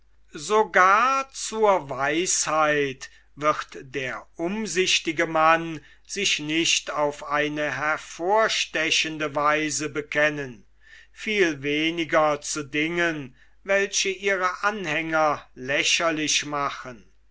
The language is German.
sogar zur weisheit wird der umsichtige mann sich nicht auf eine hervorstechende weise bekennen viel weniger zu dingen welche ihre anhänger lächerlich machen